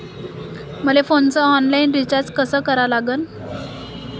मले फोनचा online recharge कसा करा लागन?